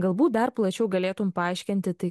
galbūt dar plačiau galėtum paaiškinti tai